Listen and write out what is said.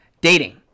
Dating